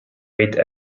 rate